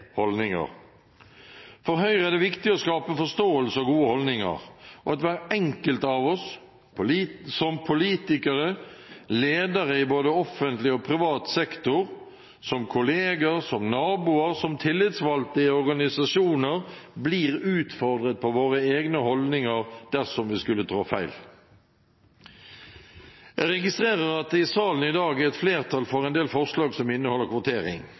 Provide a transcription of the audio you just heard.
holdninger. For Høyre er det viktig å skape forståelse og gode holdninger, og at hver enkelt av oss, som politikere, ledere i både offentlig og privat sektor, kolleger, naboer og tillitsvalgte i organisasjoner, blir utfordret på våre egne holdninger dersom vi skulle trå feil. Jeg registrerer at det i salen i dag er et flertall for en del forslag som inneholder kvotering.